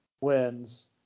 wins